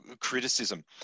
criticism